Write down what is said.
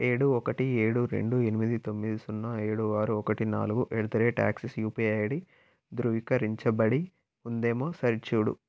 ఏడు ఒకటి ఏడు రెండు ఎనిమిది తొమ్మిది సున్నా ఏడు ఆరు ఒకటి నాలుగు at the rate Axis UPI ID ధృవీకరించబడి ఉందేమో సరిచూడు